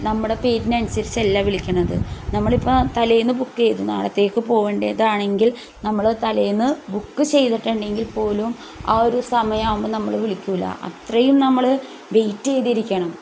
നമ്മുടെ പേരിനനുസരിച്ചല്ലാ വിളിക്കണത് നമ്മളിപ്പം തലേന്ന് ബുക്ക് ചെയ്തു നാളത്തേക്ക് പോവേണ്ടേതാണെങ്കിൽ നമ്മൾ തലേന്ന് ബുക്ക് ചെയ്തിട്ടുണ്ടെങ്കിൽപ്പോലും ആ ഒരു സമയമാവുമ്പോൾ നമ്മൾ വിളിക്കൂല്ല അത്രയും നമ്മൾ വെയ്റ്റ് ചെയ്തിരിക്കണം